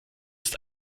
ist